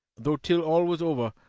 though till all was over,